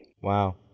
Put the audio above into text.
Wow